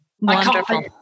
Wonderful